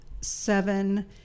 seven